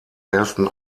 ersten